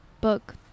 book